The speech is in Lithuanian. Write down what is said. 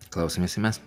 klausomės i mes